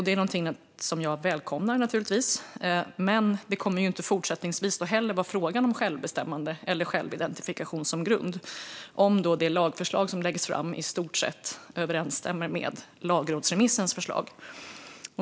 Detta välkomnar jag naturligtvis, men det kommer inte heller fortsättningsvis att vara fråga om självbestämmande eller självidentifikation som grund, om det lagförslag som läggs fram i stort överensstämmer med lagrådsremissens förslag.